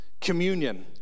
communion